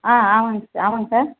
ஆ ஆமாங்க ஆமாங்க சார்